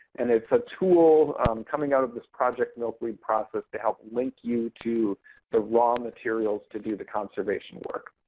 and it's a tool coming out of this project milkweed process to help link you to the raw materials to do the conservation work.